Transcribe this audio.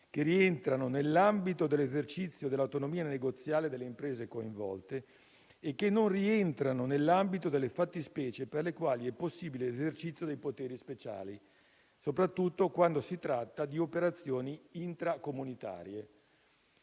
che rientrano nell'ambito dell'esercizio dell'autonomia negoziale delle imprese coinvolte e che non rientrano nell'ambito delle fattispecie per le quali è possibile l'esercizio dei poteri speciali, soprattutto quando si tratta di operazioni intracomunitarie.